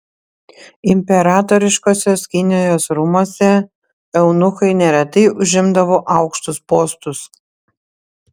imperatoriškosios kinijos rūmuose eunuchai neretai užimdavo aukštus postus